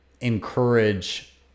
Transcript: encourage